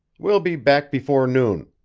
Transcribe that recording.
we'll be back before noon.